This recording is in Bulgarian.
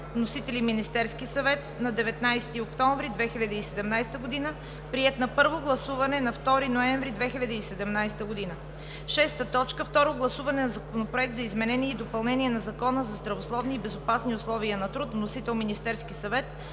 Вносител е Министерският съвет на 19 октомври 2017 г. Приет е на първо гласуване на 2 ноември 2017 г. 6. Второ гласуване на Законопроект за изменение и допълнение на Закона за здравословни и безопасни условия на труд. Вносител е Министерският съвет